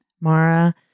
Mara